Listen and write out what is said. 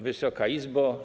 Wysoka Izbo!